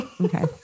Okay